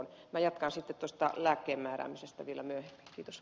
minä jatkan sitten tuosta lääkkeen määräämisestä vielä myöhemmin